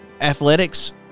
athletics